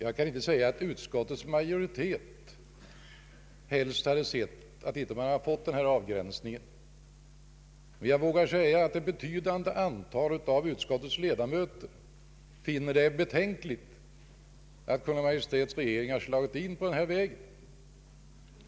Jag kan inte säga att utskottets majoritet helst hade sett att den här avgränsningen inte hade skett, men jag vågar säga att ett betydande antal av utskottets ledamöter finner det betänkligt att Kungl. Maj:ts regering har slagit in på denna väg.